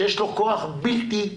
שיש לו כוח בלתי-סביר,